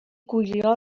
gwylio